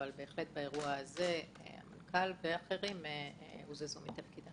אבל בהחלט באירוע הזה אנשים הוזזו מתפקידם.